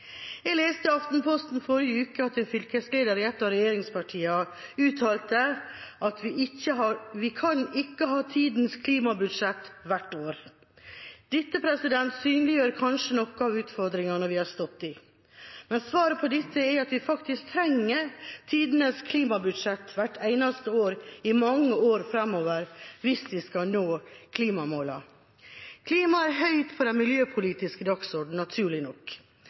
Jeg leste i Aftenposten i forrige uke at en fylkesleder i et av regjeringspartiene uttalte at vi ikke kan ha tidenes klimabudsjett hvert år. Dette synliggjør kanskje noen av utfordringene vi har stått overfor. Svaret på dette er at vi faktisk trenger tidenes klimabudsjett hvert eneste år i mange år framover, hvis vi skal nå klimamålene. Klimaet er høyt på den miljøpolitiske dagsordenen, naturlig nok.